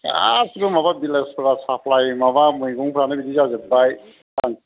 गासिबो माबा बिलासपारा साफ्लाय माबा मैगंफ्रानो बिदि जाजोब्बाय